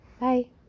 Bye